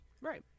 Right